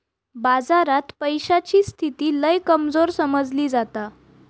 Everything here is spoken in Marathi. बाजारात पैशाची स्थिती लय कमजोर समजली जाता